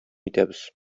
итәбез